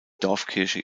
dorfkirche